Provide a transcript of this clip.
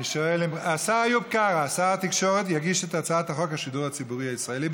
השר איוב קרא יציג את הצעת חוק השידור הציבורי הישראלי.